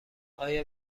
آیا